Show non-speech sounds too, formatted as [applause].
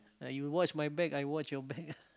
ah you watch my back I watch your back [laughs]